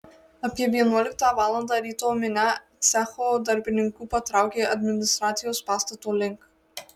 apie vienuoliktą valandą ryto minia cecho darbininkų patraukė administracijos pastato link